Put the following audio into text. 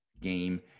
Game